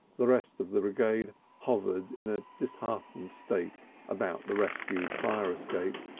the rest of the brigade hovered in a disheartened state about the rescued fire escape,